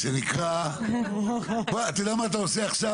אתה יודע מה אתה עושה עכשיו?